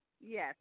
Yes